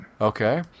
Okay